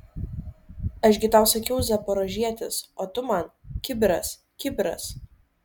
aš gi tau sakiau zaporožietis o tu man kibiras kibiras